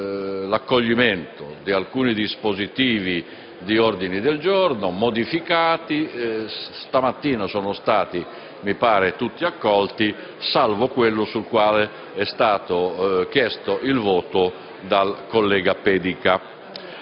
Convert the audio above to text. l'accoglimento di alcuni dispositivi di ordini del giorno modificati; stamattina, mi pare, sono stati tutti accolti, salvo quello sul quale è stato chiesto il voto dal collega Pedica.